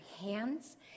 hands